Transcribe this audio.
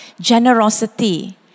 generosity